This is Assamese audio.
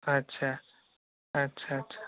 আচ্ছা আচ্ছা আচ্ছা